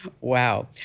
Wow